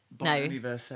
No